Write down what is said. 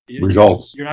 results